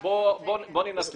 אז בואו ננסה